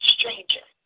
Stranger